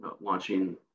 launching